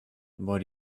what